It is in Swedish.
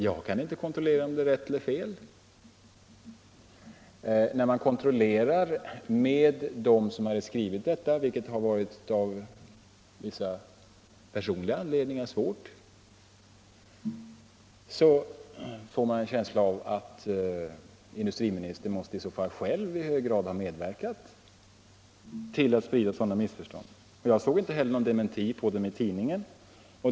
Jag kan inte kontrollera om det är rätt eller fel. När man kontrollerar med dem som hade skrivit detta — vilket av vissa personliga anledningar har varit svårt — får man en känsla av att industriministern själv i hög grad måste ha medverkat till att sprida sådana missförstånd. Jag såg inte heller någon dementi i tidningen.